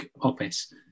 office